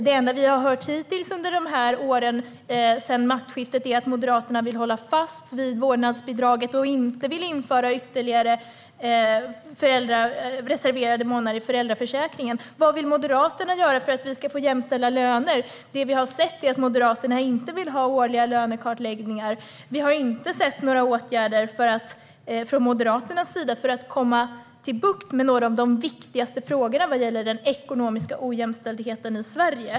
Det enda vi har hört hittills under åren sedan maktskiftet är att Moderaterna vill hålla fast vid vårdnadsbidraget och inte vill införa ytterligare reserverade månader i föräldraförsäkringen. Vad vill Moderaterna göra för att vi ska få jämställda löner? Det vi har sett är att Moderaterna inte vill ha årliga lönekartläggningar. Vi har inte sett några åtgärder från Moderaternas sida för att komma till rätta med några av de viktigaste frågorna när det gäller den ekonomiska ojämställdheten i Sverige.